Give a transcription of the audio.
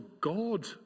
God